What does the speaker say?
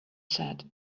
said